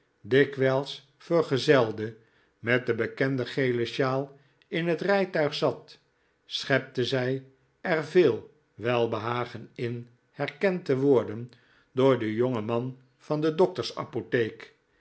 dikwijls vergezelde met de bekende gele sjaal in het rijtuig zat schepte zij er veel welbehagen in herkend te worden door den jongen man van de